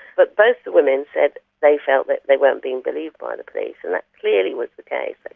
but both the women said they felt that they weren't being believed by the police, and that clearly was the case,